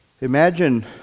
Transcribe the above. Imagine